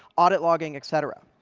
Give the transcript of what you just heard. audit logging, et cetera.